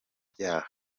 byaha